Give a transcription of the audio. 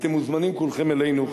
אתם מוזמנים כולכם אלינו,